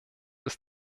ist